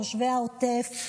תושבי העוטף,